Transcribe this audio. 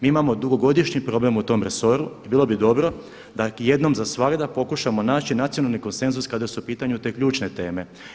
Mi imao dugogodišnji problem u tom resoru i bilo bi dobro da jednom za svagda pokušamo naći nacionalni konsenzus kada su u pitanju te ključne teme.